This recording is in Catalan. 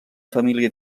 família